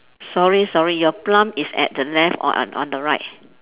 sorry sorry your plum is at the left or on on the right